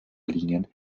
linien